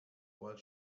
while